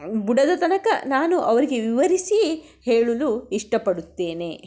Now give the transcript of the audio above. ಬುಡದ ತನಕ ನಾನು ಅವರಿಗೆ ವಿವರಿಸಿ ಹೇಳಲು ಇಷ್ಟಪಡುತ್ತೇನೆ